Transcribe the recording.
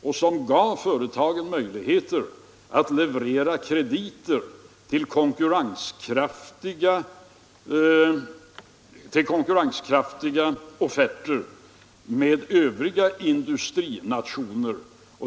Det beslutet gav företagen möjligheter att lämna krediter till konkurrenskraftiga offerter i tävlan med övriga industrinationer.